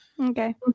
Okay